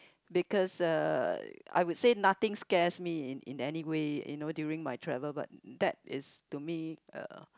because uh I would say nothing scares me in in anyway you know during my travel but that is to me uh